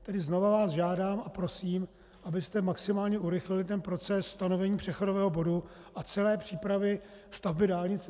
Tedy znova vás žádám a prosím, abyste maximálně urychlili proces stanovení přechodového bodu a celé přípravy stavby dálnice.